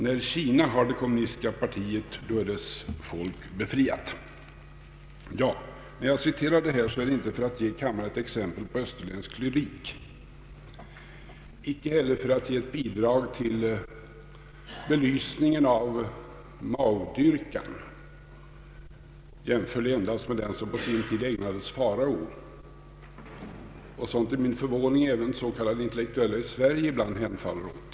När Kina har det kommunistiska partiet, är dess folk befriat. Jag citerar, herr talman, denna sång, inte för att ge kammarens ledamöter ett exempel på österländsk lyrik, ej heller för att ge ett bidrag till belysningen av Mao-dyrkan — jämförlig endast med den som på sin tid ägnades farao och som till min förvåning även s.k. intellektuella i Sverige ibland hemfaller åt.